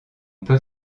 peut